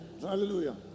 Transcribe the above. Hallelujah